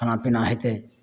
खाना पीना होयतै